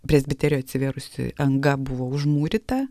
presbiterio atsivėrusi anga buvo užmūryta